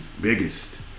biggest